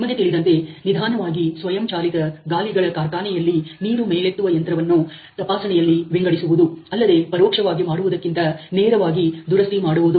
ನಿಮಗೆ ತಿಳಿದಂತೆ ನಿಧಾನವಾಗಿ ಸ್ವಯಂಚಾಲಿತ ಗಾಲಿಗಳ ಕಾರ್ಖಾನೆಯಲ್ಲಿ ನೀರು ಮೇಲೆತ್ತುವ ಯಂತ್ರವನ್ನು ತಪಾಸಣೆಯಲ್ಲಿ ವಿಂಗಡಿಸುವುದು ಅಲ್ಲದೆ ಪರೋಕ್ಷವಾಗಿ ಮಾಡುವುದಕ್ಕಿಂತ ನೇರವಾಗಿ ದುರಸ್ತಿ ಮಾಡುವುದು